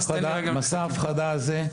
מסע ההפחדה הזה,